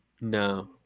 No